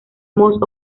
moss